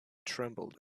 trembled